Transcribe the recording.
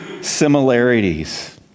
similarities